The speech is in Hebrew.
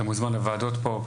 אתה מוזמן לוועדות פה.